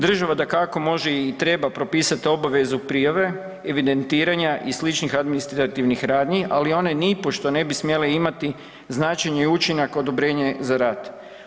Država, dakako može i treba propisati obavezu prijave, evidentiranja i sličnih administrativnih radnji, ali one nipošto ne bi smjele imati značajni učinak odobrenje za rad.